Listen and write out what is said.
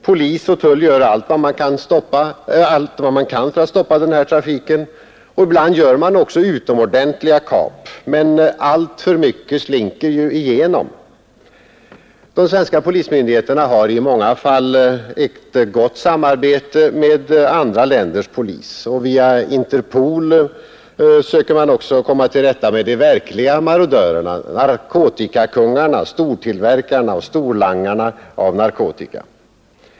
Polis och tull gör allt vad man kan för att stoppa denna trafik. Ibland gör man också utomordentliga kap, men alltför mycket slinker ju igenom. De svenska polismyndigheterna har i många fall ett gott samarbete med andra länders polis. Via Interpol söker man också komma till rätta med de verkliga marodörerna, narkotikakungarna, stortillverkarna och storlangarna av narkotika.